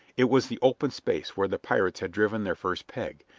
it was the open space where the pirates had driven their first peg,